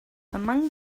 among